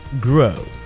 grow